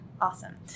awesome